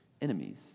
enemies